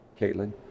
Caitlin